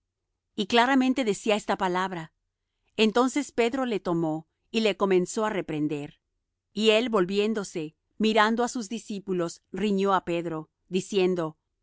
y claramente decía esta palabra entonces pedro le tomó y le comenzó á reprender y él volviéndose y mirando á sus discípulos riñó á pedro diciendo